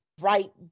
right